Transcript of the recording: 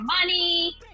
money